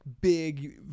big